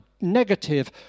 negative